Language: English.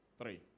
Three